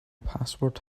password